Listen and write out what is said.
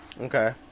Okay